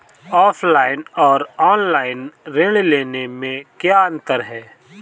Offline और online ऋण लेने में क्या अंतर है?